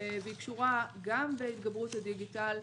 והיא קשורה גם בהתגברות הדיגיטל,